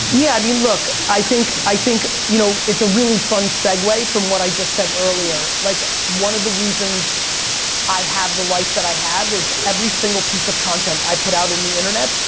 yeah, i mean, look, i think, i think, you know, it's a really fun segue from what i just said earlier. like, one of the reasons i have the life that i have is, every single piece of content i put out in the internet,